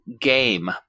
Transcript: Game